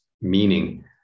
Meaning